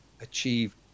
achieve